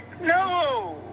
no